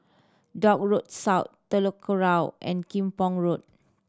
Dock Road South Telok Kurau and Kim Pong Road